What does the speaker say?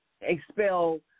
expel